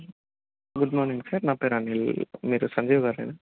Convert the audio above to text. good morning sir నా పేరు అనల్ మీరు సంజీవ్ గారేనా